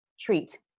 treat